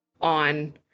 on